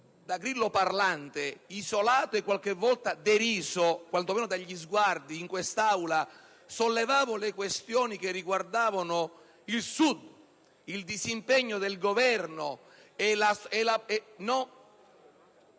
da grillo parlante, isolato e qualche volta deriso, quantomeno dagli sguardi, in quest'Aula, sollevavo le questioni che riguardavano il Sud, il disimpegno del Governo,